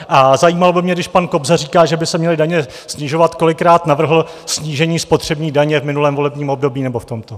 A zajímalo by mě, když pan Kobza říká, že by se měly daně snižovat, kolikrát navrhl snížení spotřební daně v minulém volebním období nebo v tomto.